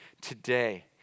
today